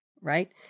right